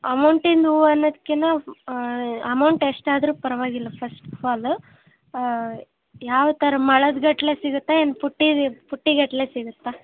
ಅಮೌಂಟಿನ ಹೂವು ಅನ್ನೋದ್ಕಿಂತ ಅಮೌಂಟ್ ಎಷ್ಟು ಆದರೂ ಪರವಾಗಿಲ್ಲ ಫಸ್ಟ್ ಆಫ್ ಆಲ್ ಯಾವ ಥರ ಮೊಳದ ಗಟ್ಟಲೆ ಸಿಗುತ್ತಾ ಏನು ಬುಟ್ಟಿ ಬುಟ್ಟಿ ಗಟ್ಟಲೆ ಸಿಗುತ್ತಾ